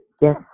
Yes